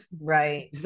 Right